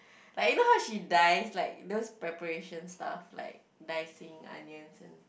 like you know how she dice like those preparation stuff like dicing onions and